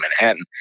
manhattan